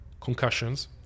concussions